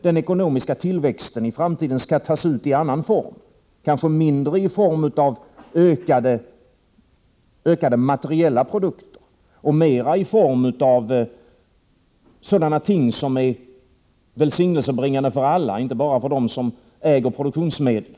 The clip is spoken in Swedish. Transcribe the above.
Den ekonomiska tillväxten kanske rent av skall tas ut i annan form i framtiden, dvs. mindre i form av en ökning av materiella produkter och mera i form av sådana ting som är välsignelsebringande för alla och inte bara för dem som äger produktionsmedlen.